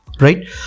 right